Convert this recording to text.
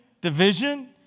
division